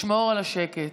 לשמור על השקט.